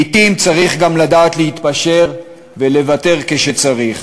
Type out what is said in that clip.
לעתים צריך גם לדעת להתפשר ולוותר כשצריך.